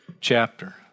chapter